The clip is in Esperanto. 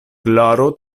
klaro